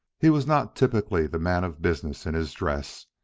he was not typically the man of business in his dress.